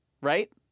right